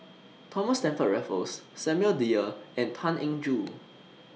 Thomas Stamford Raffles Samuel Dyer and Tan Eng Joo